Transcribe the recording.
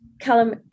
Callum